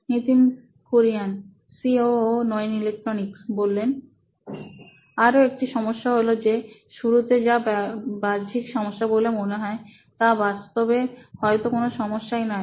Nitin Kurien C O O electronics আরও একটা সমস্যা হলো যে শুরুতে যা বাহ্যিক সমস্যা বলে মনে হয় তা বাস্তবে হয়তো কোন সমস্যাই নয়